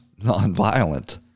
nonviolent